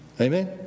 Amen